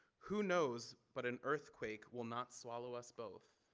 who knows, but an earthquake will not swallow us both.